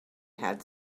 had